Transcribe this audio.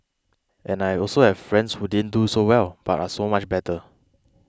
and I also have friends who didn't do so well but are so much better